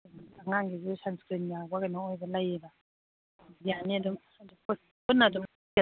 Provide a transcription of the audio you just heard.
ꯑꯉꯥꯡꯒꯤꯁꯨ ꯁꯟꯁ꯭ꯀꯔꯤꯟ ꯌꯥꯎꯕ ꯀꯩꯅꯣ ꯑꯣꯏꯕ ꯂꯩꯌꯦꯕ ꯌꯥꯅꯤ ꯑꯗꯨꯝ ꯄꯨꯟꯅ ꯑꯗꯨꯝ ꯄꯦꯛ